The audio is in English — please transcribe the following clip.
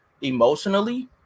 emotionally